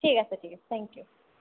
ঠিক আছে ঠিক আছে থেংক ইউ